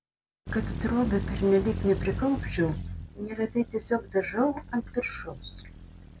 kad drobių pernelyg neprikaupčiau neretai tiesiog dažau ant viršaus